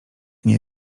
nie